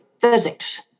physics